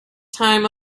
time